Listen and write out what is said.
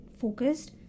focused